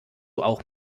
auch